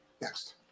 next